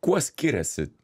kuo skiriasi